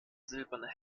silberne